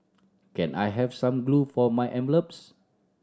can I have some glue for my envelopes